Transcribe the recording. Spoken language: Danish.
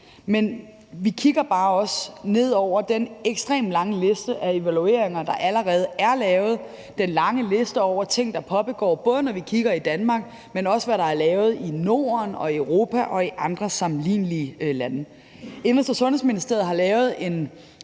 men at vi også bare kigger ned over den ekstremt lange liste af evalueringer, der allerede er lavet, og den lange liste over ting, der pågår, både når vi kigger på det, der er lavet i Danmark, men også det, der er lavet i Norden, i Europa og i andre sammenlignelige lande. Indenrigs- og Sundhedsministeriet har lavet en